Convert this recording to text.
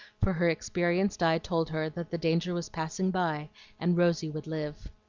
for her experienced eye told her that the danger was passing by and rosy would live.